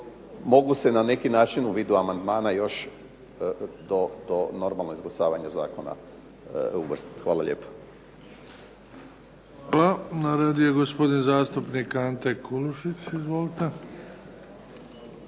mogu se na neki način u vidu amandmana do novog izglasavanja zakona uvrstiti. Hvala lijepo. **Bebić, Luka (HDZ)** Hvala. Na redu je gospodin zastupnik Ante Kulušić. **Kulušić,